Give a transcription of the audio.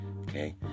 okay